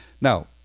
now